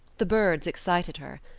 the birds excited her.